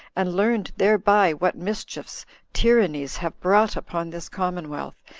and learned thereby what mischiefs tyrannies have brought upon this commonwealth,